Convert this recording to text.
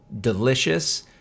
Delicious